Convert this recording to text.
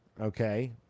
Okay